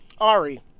Ari